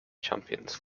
champions